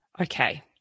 Okay